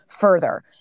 further